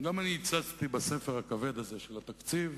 אבל אני רוצה לדבר על העיקרון הפשוט של המדינה הלעומתית שקמה פה.